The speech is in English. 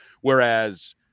Whereas